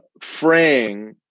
fraying